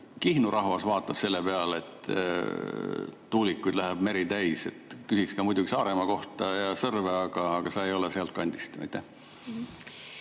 Kihnu rahvas vaatab selle peale, et tuulikuid läheb meri täis? Küsiks ka muidugi Saaremaa ja Sõrve kohta, aga sa ei ole sealtkandist.